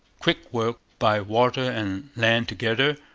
quick work, by water and land together,